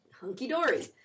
hunky-dory